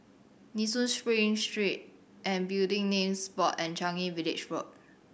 Nee Soon Spring Street and Building Names Board and Changi Village Road